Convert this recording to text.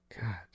god